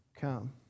come